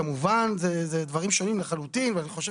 כמובן אלה דברים שונים לחלוטין ואני חושב